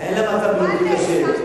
אין לה מצב בריאותי קשה.